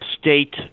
state